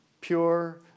pure